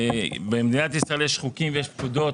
במדינת ישראל יש חוקים ויש פקודות,